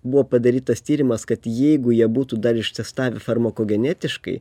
buvo padarytas tyrimas kad jeigu jie būtų dar ištestavę farmakogenetiškai